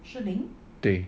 对